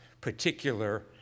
particular